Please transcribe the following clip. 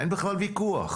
אין בכלל ויכוח,